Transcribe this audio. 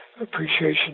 appreciation